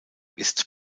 ist